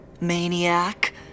Maniac